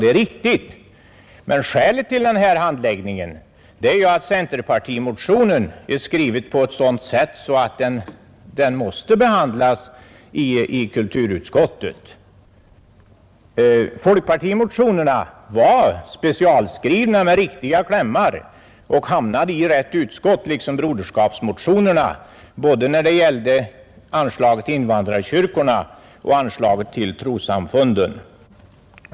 Men anledningen till denna handläggning är att centerpartimotionen är skriven på ett sådant sätt att den måste behandlas av kulturutskottet. Folkpartimotionerna hade riktiga klämmar och hamnade i rätt utskott liksom de socialdemokratiska motionerna, där det gällde både anslaget till invandrarkyrkorna och anslaget till trossamfunden.